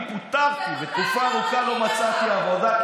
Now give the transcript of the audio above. אני פוטרתי ותקופה ארוכה לא מצאתי עבודה,